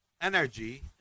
energy